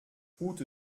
route